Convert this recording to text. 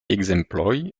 ekzemploj